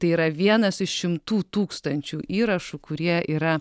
tai yra vienas iš šimtų tūkstančių įrašų kurie yra